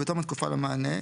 בתום התקופה למענה,